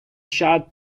shut